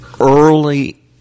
early